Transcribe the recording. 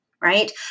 Right